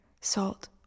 salt